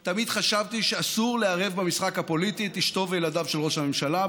אני תמיד חשבתי שאסור לערב במשחק הפוליטי את אשתו וילדיו של ראש הממשלה,